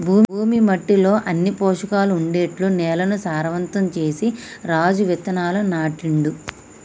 భూమి మట్టిలో అన్ని పోషకాలు ఉండేట్టు నేలను సారవంతం చేసి రాజు విత్తనాలు నాటిండు